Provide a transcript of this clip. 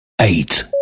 eight